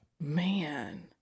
Man